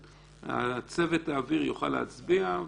ואז צוות האוויר יוכל להצביע,